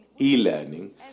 e-learning